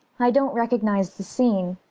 i don't recognize the scene.